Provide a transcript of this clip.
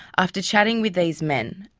after chatting with these men,